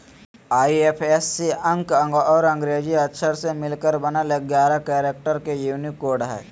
IFSC अंक और अंग्रेजी अक्षर से मिलकर बनल एगारह कैरेक्टर के यूनिक कोड हइ